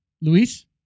Luis